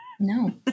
No